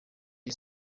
iyi